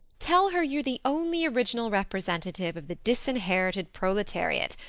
tell her you're the only original representative of the disinherited proletariat,